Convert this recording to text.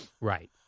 Right